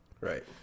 Right